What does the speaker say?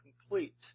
complete